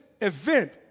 event